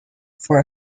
for